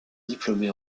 diplômé